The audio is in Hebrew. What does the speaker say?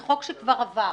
זה חוק שכבר עבר.